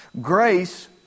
Grace